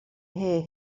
hear